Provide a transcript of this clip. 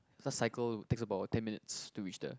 just cycle would takes about ten minutes to reach there